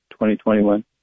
2021